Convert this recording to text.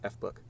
fbook